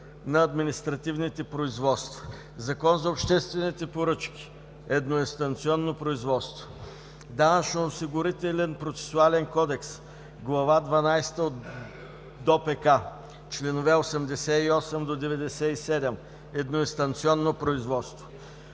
на административните производства; Закон за обществените поръчки – едноинстанционно производство; Данъчно-осигурителен процесуален кодекс – Глава дванадесет, чл. 88 – 97 – едноинстанционно производство;